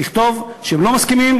לכתוב שהם לא מסכימים,